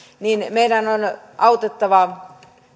meidän on autettava